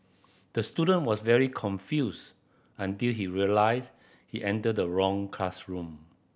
the student was very confused until he realised he entered the wrong classroom